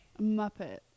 Muppet